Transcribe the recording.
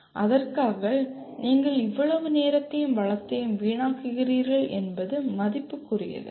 அதற்காக நீங்கள் இவ்வளவு நேரத்தையும் வளத்தையும் வீணாக்குகிறீர்கள் என்பது மதிப்புக்குரியது அல்ல